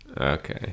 Okay